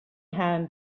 hand